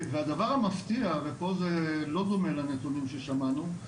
והדבר המפתיע ופה זה לא דומה לנתונים ששמענו,